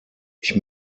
ich